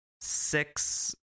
six